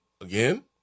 again